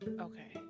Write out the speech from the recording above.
Okay